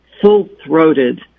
full-throated